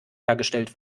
hergestellt